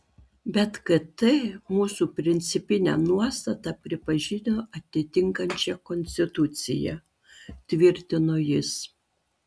bet kt mūsų principinę nuostatą pripažino atitinkančia konstituciją tvirtino jis